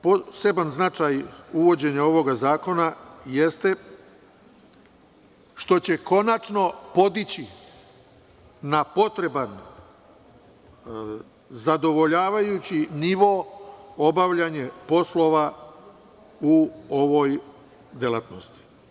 Poseban značaj uvođenja ovog zakona jeste što će konačno podići na potreban zadovoljavajući nivo obavljanje poslova u ovoj delatnosti.